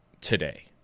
today